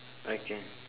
okay